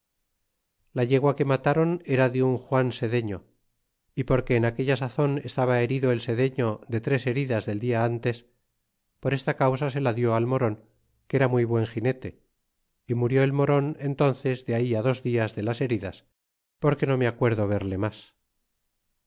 la yegua que mataron era de un juan sederto y porque en aquella sazon estaba herido el sedeño de tres heridas del dia antes por esta causa se la dió al moron que era muy buen ginete y murió el moron entónces de ahí dos dias de las heridas porque no me acuerdo verle mas